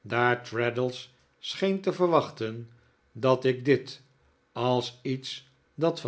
daar traddles scheen te verwachten dat ik dit als iets dat